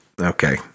okay